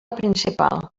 principal